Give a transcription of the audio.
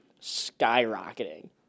skyrocketing